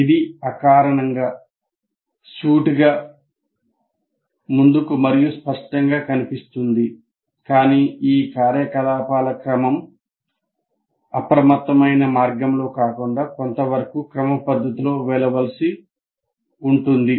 ఇది అకారణంగా సూటిగా ముందుకు మరియు స్పష్టంగా కనిపిస్తుంది కానీ ఈ కార్యకలాపాల క్రమం అప్రమత్తమైన మార్గంలో కాకుండా కొంతవరకు క్రమపద్ధతిలో వెళ్ళవలసి ఉంటుంది